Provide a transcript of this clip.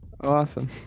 Awesome